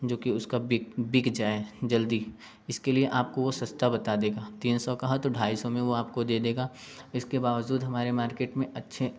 जोकि उसका बिक बिक जाए जल्दी इसके लिए आपको वो सस्ता बता देगा तीन सौ कहा तो ढाई सौ में वो आपको दे देगा इसके बावजूद हमारे मार्केट में अच्छे